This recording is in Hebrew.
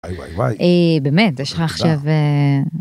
באמת יש לך עכשיו.